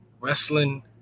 wrestling